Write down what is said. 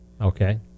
okay